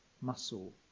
muscle